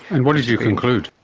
and what did you conclude?